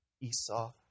Esau